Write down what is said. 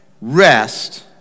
Rest